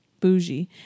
bougie